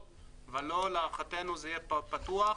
להערכתנו זה יהיה פתוח,